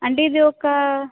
అంటే ఇది ఒక